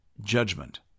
judgment